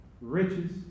riches